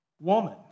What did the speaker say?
Woman